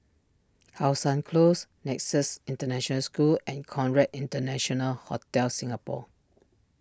How Sun Close Nexus International School and Conrad International Hotel Singapore